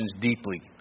deeply